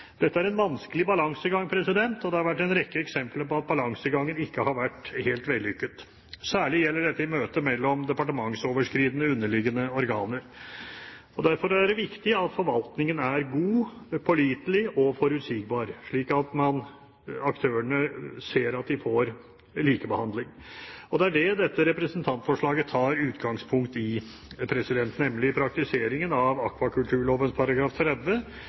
Dette er en vanskelig balansegang. Det har vært en rekke eksempler på at balansegangen ikke har vært helt vellykket, særlig gjelder dette i møte mellom departementsoverskridende underliggende organer. Derfor er det viktig at forvaltningen er god, pålitelig og forutsigbar, slik at aktørene ser at de får likebehandling. Det er det dette representantforslaget tar utgangspunkt i, nemlig praktiseringen av akvakulturloven § 30,